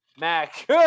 Mac